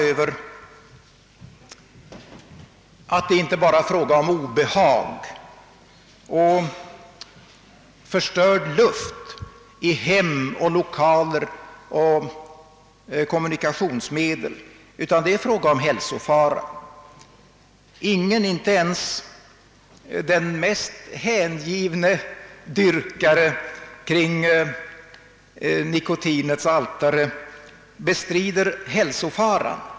Det är inte bara fråga om obehag och förstörd luft i hem och lokaler och kommunikationsmedel, utan det föreligger också hälsorisker. Ingen, inte ens den mest hängivne dyrkare vid nikotinets altare, bestrider hälsofaran.